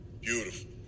beautiful